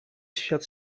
świat